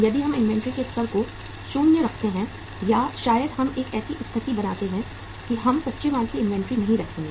यदि हम इन्वेंट्री के स्तर को 0 रखते हैं या शायद हम एक ऐसी स्थिति बनाते हैं कि हम कच्चे माल की इन्वेंट्री नहीं रखेंगे